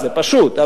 זה פשוט,